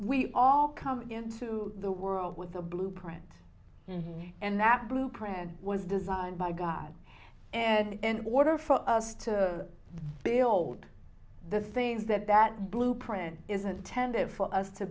we all come into the world with a blueprint and that blueprint was designed by god and in order for us to build the things that that blueprint is intended for us to